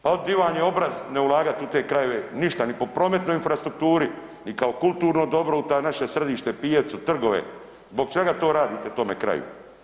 Pa di vam je obraz ne ulagati u te krajeve ništa ni po prometnoj infrastrukturi ni kao kulturno dobro u ta naša središta, pijace, trgove, zbog čega to radite tome kraju?